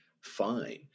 fine